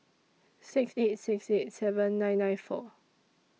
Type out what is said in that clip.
six eight six eight seven nine nine four